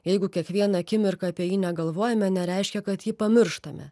jeigu kiekvieną akimirką apie jį negalvojame nereiškia kad jį pamirštame